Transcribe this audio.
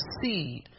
seed